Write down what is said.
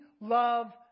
love